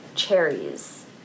Cherries